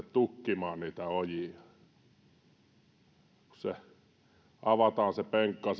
tukkimaan niitä ojia kun siitä ojan vierestä avataan se penkka